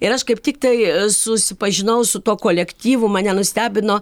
ir aš kaip tiktai susipažinau su tuo kolektyvu mane nustebino